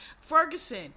Ferguson